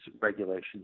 regulations